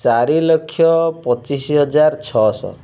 ଚାରିଲକ୍ଷ ପଚିଶି ହଜାର ଛଅଶହ